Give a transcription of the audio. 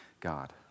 God